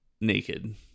naked